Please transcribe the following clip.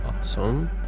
Awesome